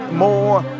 more